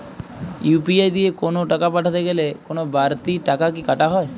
UPI দিয়ে কোন টাকা পাঠাতে গেলে কোন বারতি টাকা কি কাটা হয়?